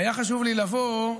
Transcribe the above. היה חשוב לי לבוא.